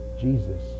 Jesus